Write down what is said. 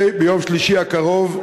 ביום שלישי הקרוב,